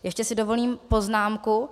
Ještě si dovolím poznámku.